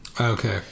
Okay